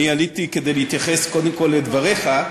אני עליתי כדי להתייחס קודם כול לדבריך,